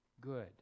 good